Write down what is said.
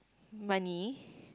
money